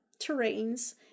terrains